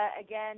again